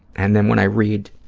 and then when i read